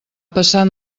passat